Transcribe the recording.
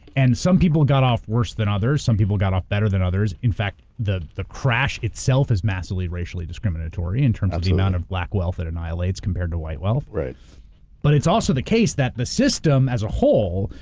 and some people got off worse than others. some people got off better than others. in fact, the the crash itself is massively racially discriminatory in terms of the amount of black wealth it annihilates compared to white wealth. but it's also the case that the system as a whole,